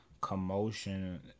Commotion